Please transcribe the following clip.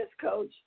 coach